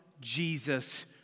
Jesus